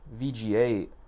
VGA